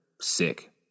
Sick